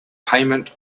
payment